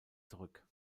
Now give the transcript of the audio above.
zurück